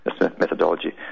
methodology